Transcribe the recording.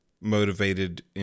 motivated